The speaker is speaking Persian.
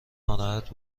ناراحت